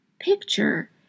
picture